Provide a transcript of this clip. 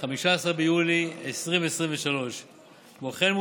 15 ביולי 2023. כמו כן,